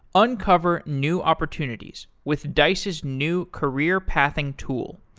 uncover new opportunities with dice's new career-pathing tool,